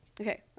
okay